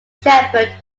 shepard